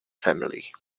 family